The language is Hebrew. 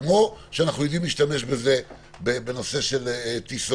כמו שאנו יודעים להשתמש בזה בנושא טיסות,